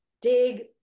dig